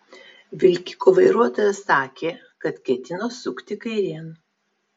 vilkiko vairuotojas sakė kad ketino sukti kairėn